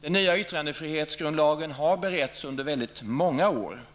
Den nya yttrandefrihetsgrundlagen har beretts under väldigt många år.